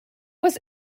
was